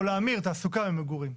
או להמיר תעסוקה במגורים.